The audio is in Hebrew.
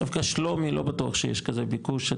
דווקא שלומי לא בטוח שיש כזה ביקוש,